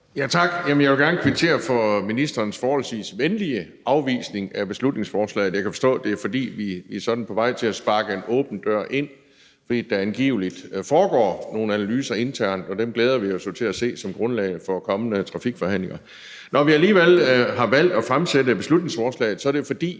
Tak. Jeg vil gerne kvittere for ministerens forholdsvis venlige afvisning af beslutningsforslaget. Jeg kan forstå, at det er, fordi vi er på vej til at sparke en åben dør ind, fordi der angiveligt foregår nogle analyser internt. Dem glæder vi os jo til at se som grundlag for de kommende trafikforhandlinger. Når vi alligevel har valgt at fremsætte beslutningsforslaget, er det, fordi